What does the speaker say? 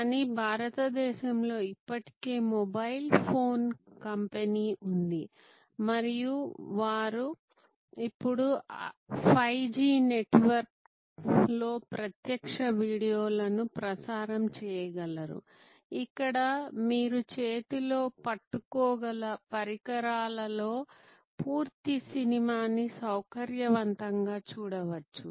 కాబట్టి భారతదేశంలో ఇప్పటికే మొబైల్ ఫోన్ కంపెనీ ఉంది మరియు వారు ఇప్పుడు 5 జి నెట్వర్క్ లో ప్రత్యక్ష వీడియోలను ప్రసారం చేయగలరు ఇక్కడ మీరు చేతిలో పట్టుకోగల పరికరాలలో పూర్తి సినిమాని సౌకర్యవంతంగా చూడవచ్చు